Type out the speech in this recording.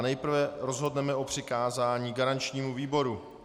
Nejprve rozhodneme o přikázání garančnímu výboru.